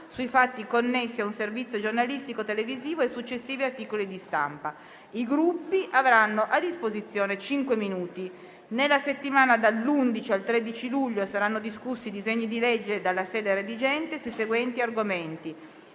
sui fatti connessi a un servizio giornalistico televisivo e successivi articoli di stampa. I Gruppi avranno a disposizione cinque minuti. Nella settimana dall'11 al 13 luglio saranno discussi i disegni di legge, dalla sede redigente, sui seguenti argomenti: